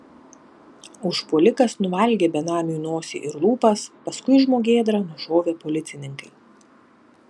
užpuolikas nuvalgė benamiui nosį ir lūpas paskui žmogėdrą nušovė policininkai